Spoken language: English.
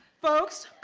folks,